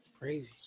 Crazy